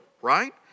right